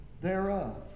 thereof